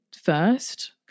first